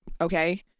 Okay